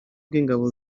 bw’ingabo